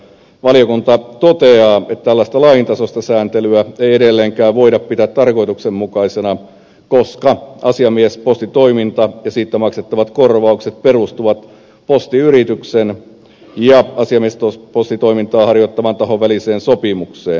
valiokunta toteaa että tällaista lain tasoista sääntelyä ei edelleenkään voida pitää tarkoituksenmukaisena koska asiamiespostitoiminta ja siitä maksettavat korvaukset perustuvat postiyrityksen ja asiamiespostitoimintaa harjoittavan tahon väliseen sopimukseen